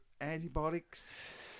antibiotics